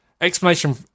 Explanation